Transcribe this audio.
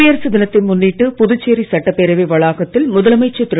குடியரசு தினத்தை முன்னிட்டு புதுச்சேரி சட்டப்பேரவை வளாகத்தில் முதலமைச்சர் திரு